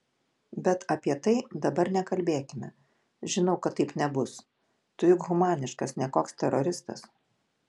bet apie tai dabar nekalbėkime žinau kad taip nebus tu juk humaniškas ne koks teroristas